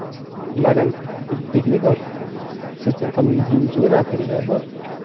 ᱞᱟᱜᱟᱱ ᱠᱟᱹᱨᱤ ᱴᱮᱠᱱᱤᱠ ᱫᱚ ᱥᱮ ᱪᱮᱫ ᱠᱟᱢ ᱢᱮᱱ ᱦᱚᱪᱚ ᱠᱮᱫᱟ ᱛᱚᱵᱮ ᱡᱟᱭᱦᱳᱠ